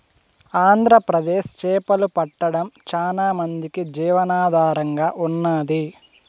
ఆంధ్రప్రదేశ్ చేపలు పట్టడం చానా మందికి జీవనాధారంగా ఉన్నాది